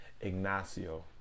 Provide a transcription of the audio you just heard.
Ignacio